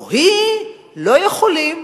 או היא לא יכולים,